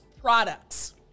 products